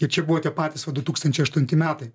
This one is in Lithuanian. ir čia buvote patys va du tūkstančiai aštunti metai